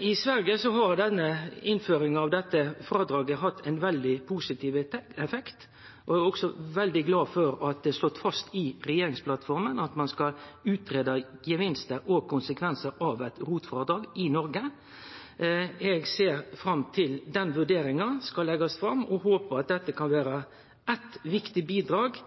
I Sverige har innføringa av dette frådraget hatt ein veldig positiv effekt. Eg er også veldig glad for at det er slått fast i regjeringsplattforma at ein skal utgreie gevinstar og konsekvensar av eit rotfrådrag i Noreg. Eg ser fram til at den vurderinga skal leggjast fram, og håpar at dette kan vere eit viktig bidrag